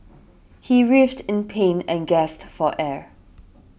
he writhed in pain and gasped for air